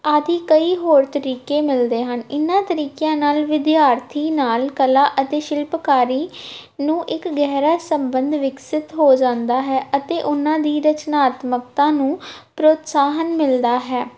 ਆਦਿ ਕਈ ਹੋਰ ਤਰੀਕੇ ਮਿਲਦੇ ਹਨ ਇਨ੍ਹਾਂ ਤਰੀਕਿਆਂ ਨਾਲ ਵਿਦਿਆਰਥੀ ਨਾਲ ਕਲਾ ਅਤੇ ਸ਼ਿਲਪਕਾਰੀ ਨੂੰ ਇੱਕ ਗਹਿਰਾ ਸੰਬੰਧ ਵਿਕਸਿਤ ਹੋ ਜਾਂਦਾ ਹੈ ਅਤੇ ਉਹਨਾਂ ਦੀ ਰਚਨਾਤਮਕਤਾ ਨੂੰ ਪ੍ਰੋਤਸਾਹਨ ਮਿਲਦਾ ਹੈ